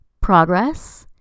Progress